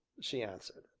she answered.